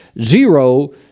zero